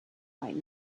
right